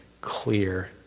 clear